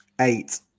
Eight